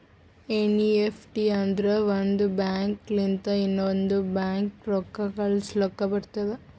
NEFT ಅಂದುರ್ ಒಂದ್ bank ಲಿಂತ ಇನ್ನಾ ಒಂದ್ ಬ್ಯಾಂಕ್ಗ ರೊಕ್ಕಾ ಕಳುಸ್ಲಾಕ್ ಬರ್ತುದ್